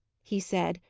he said,